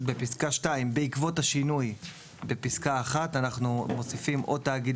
בפסקה 2 בעקבות השינוי בפסקה 1 אנחנו מוסיפים: "או תאגיד